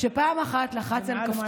זה מעל